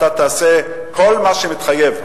תעשה כל מה שמתחייב,